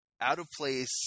out-of-place